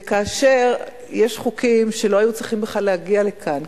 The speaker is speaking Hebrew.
וכאשר יש חוקים שלא היו צריכים בכלל להגיע לכאן,